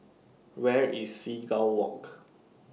Where IS Seagull Walk